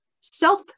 self